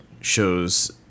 shows